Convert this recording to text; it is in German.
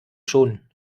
schon